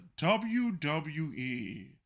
WWE